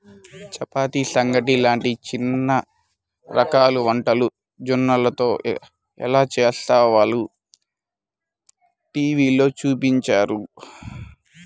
చపాతీ, సంగటి లాంటి చానా రకాల వంటలు జొన్నలతో ఎలా చేస్కోవాలో టీవీలో చూపించారు